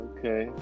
Okay